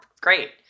Great